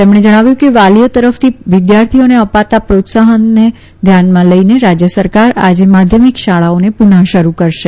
તેમણે જણાવ્યું કે વાલીઓ તરફથી વિદ્યાર્થીઓને અપાતા પ્રોત્સાહનને ધ્યાનમાં લઈ રાજય સરકારે આજે માધ્યમિક શાળાઓને પુનઃ શરૂ કરાશે